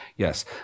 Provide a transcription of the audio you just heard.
Yes